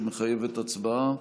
שמחייבת הצבעה.